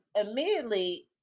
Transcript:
immediately